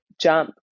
jump